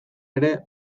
ere